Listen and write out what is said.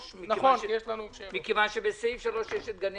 כי מה